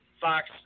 Fox